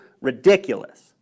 ridiculous